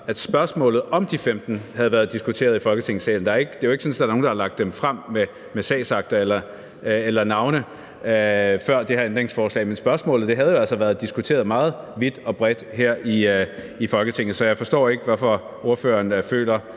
at spørgsmålet om de 15 havde været diskuteret i Folketingssalen. Det er jo ikke sådan, at der er nogen, der har lagt dem frem i form af sagsakter eller navne før det her ændringsforslag. Men spørgsmålet havde jo altså været diskuteret meget vidt og bredt her i Folketinget. Så jeg forstår ikke, hvorfor ordføreren har